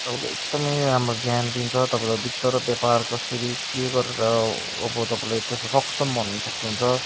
तपाईँलाई एकदमै राम्रो ज्ञान दिन्छ तपाईँलाई बित्त र व्यापार कसरी के गरेर अब तपाईँले त्यसको सक्षम बनाउनु सक्नुहुन्छ